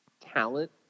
talent